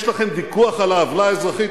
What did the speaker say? יש לכם ויכוח על העוולה האזרחית,